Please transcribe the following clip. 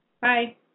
Bye